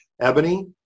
Ebony